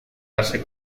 darse